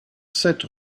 sept